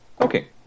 Okay